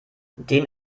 den